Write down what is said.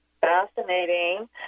Fascinating